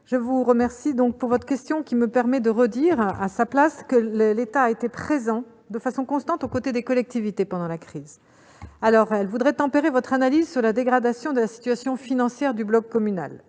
vous remercie de votre question, car elle lui permet de redire que l'État a été présent de façon constante aux côtés des collectivités pendant la crise. Elle voudrait toutefois tempérer votre analyse sur la dégradation de la situation financière du bloc communal.